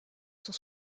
sont